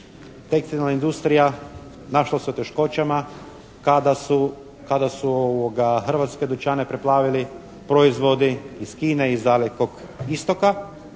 Tekstilna industrija našla se u teškoćama kada su hrvatske dućane preplavili proizvodi iz Kine, iz dalekog istoka,